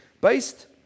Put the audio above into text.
Based